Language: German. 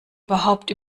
überhaupt